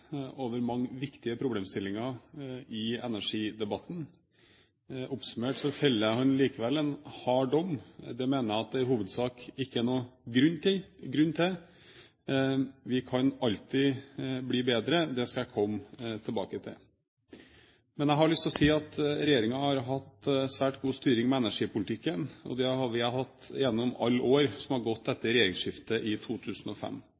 over mange viktige problemstillinger i energidebatten. Oppsummert feller han likevel en hard dom. Det mener jeg at det i hovedsak ikke er noen grunn til. Vi kan alltid bli bedre, det skal jeg komme tilbake til. Jeg har lyst til å si at regjeringen har hatt svært god styring med energipolitikken, og det har vi hatt gjennom alle årene som har gått etter regjeringsskiftet i 2005.